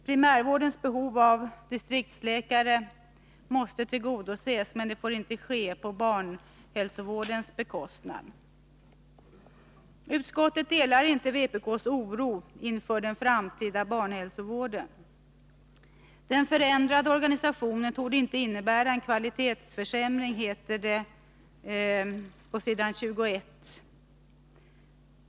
Primärvårdens behov av distriktsläkare måste tillgodoses, men det får inte ske på barnhälsovårdens bekostnad. Utskottet delar inte vpk:s oro inför den framtida barnhälsovården. Den förändrade organisationen torde inte innebära en kvalitetsförsämring av vården, heter det på s. 21 i betänkandet.